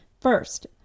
First